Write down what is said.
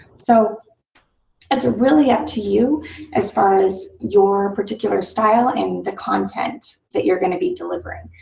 so it's really up to you as far as your particular style and the content that you're going to be delivering.